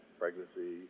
pregnancy